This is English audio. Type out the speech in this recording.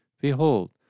Behold